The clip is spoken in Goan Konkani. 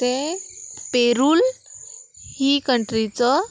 तें पेरू ही कंट्रीचो